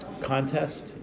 contest